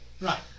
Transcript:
Right